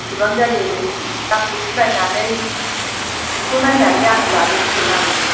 बेसेबां जायो नोंनि दामखौ इसे नायनानै जिखौ नायनानै आङो लाबोसिगोन आरो